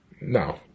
No